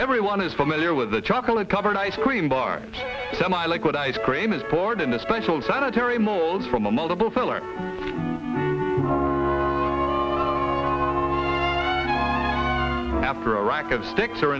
everyone is familiar with the chocolate covered ice cream bar semi liquid ice cream is poured in a special sanitary molds from a multiple filler after a rack of sticks